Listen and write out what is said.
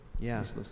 Yes